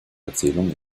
erzählungen